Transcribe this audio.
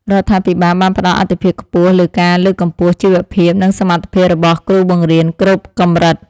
រដ្ឋាភិបាលបានផ្តល់អាទិភាពខ្ពស់លើការលើកកម្ពស់ជីវភាពនិងសមត្ថភាពរបស់គ្រូបង្រៀនគ្រប់កម្រិត។